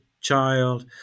child